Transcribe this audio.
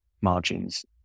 margins